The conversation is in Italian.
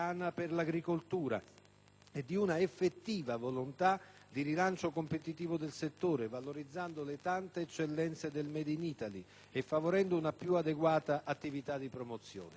e di una effettiva volontà di rilancio competitivo del settore, valorizzando le tante eccellenze del *made* *in Italy* e favorendo una più adeguata attività di promozione. Anzi, c'è di più: